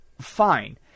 fine